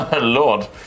Lord